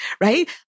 right